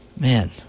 Man